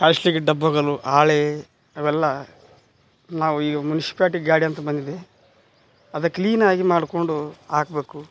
plastic ಡಬ್ಬಗಳು ಹಾಳೆ ಅವೆಲ್ಲ ನಾವು ಈಗ ಮುನ್ಸಿಪಾಲ್ಟಿ ಗಾಡಿ ಅಂತ ಬಂದಿದೆ ಅದು ಕ್ಲೀನ್ ಆಗಿ ಮಾಡಿಕೊಂಡು ಹಾಕ್ಬೇಕು